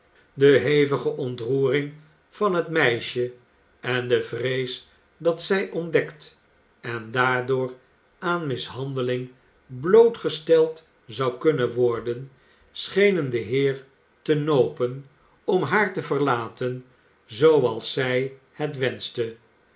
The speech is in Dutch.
de hevige ontroering van het meisje en de vrees dat zij ontdekt en daardoor aan mishandelingen blootgesteld zou kunnen worden schenen den heer te nopen om haar te overlaten zooals zij het wenschte